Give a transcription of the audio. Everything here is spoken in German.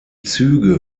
züge